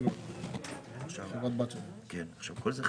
הצעת צו